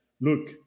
look